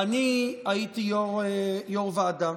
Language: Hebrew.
אני הייתי יו"ר ועדה,